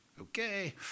Okay